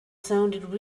sounded